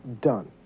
done